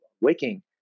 waking